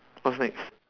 what's next